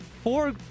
four